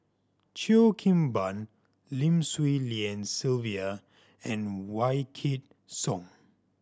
Cheo Kim Ban Lim Swee Lian Sylvia and Wykidd Song